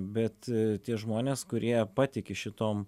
bet tie žmonės kurie patiki šitom